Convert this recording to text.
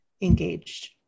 engaged